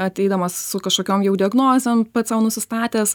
ateidamas su kažkokiom jau diagnozėm pats sau nusistatęs